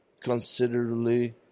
considerably